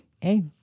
Hey